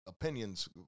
opinions